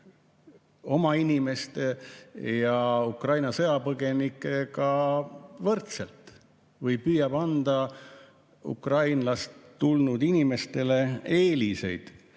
oma inimeste ja Ukraina sõjapõgenikega võrdselt või püüab anda Ukrainast tulnud inimestele eeliseid,